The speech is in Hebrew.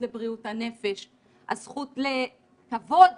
הבת שלי בכיתה ט' בבית ספר בתל אביב שנמצא על שפת פארק הירקון,